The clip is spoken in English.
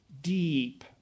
deep